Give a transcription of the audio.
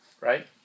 Right